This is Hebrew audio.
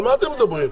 על מה אתם מדברים?